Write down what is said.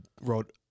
wrote